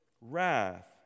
wrath